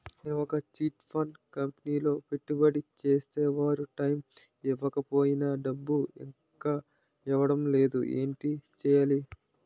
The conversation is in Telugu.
నేను ఒక చిట్ ఫండ్ కంపెనీలో పెట్టుబడి చేస్తే వారు టైమ్ ఇవ్వకపోయినా డబ్బు ఇంకా ఇవ్వడం లేదు ఏంటి చేయాలి?